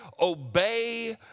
obey